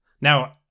Now